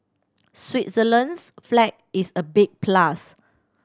Switzerland's flag is a big plus